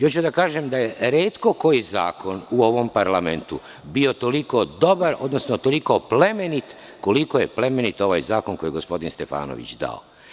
Hoću da kažem da je retko koji zakon u ovom parlamentu bio toliko dobar, odnosno toliko plemenit, koliko je plemenit ovaj zakon koji je gospodin Stefanović dao.